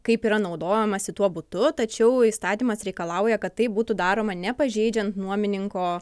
kaip yra naudojamasi tuo butu tačiau įstatymas reikalauja kad tai būtų daroma nepažeidžiant nuomininko